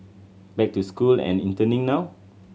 back to school and interning now